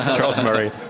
charles murray.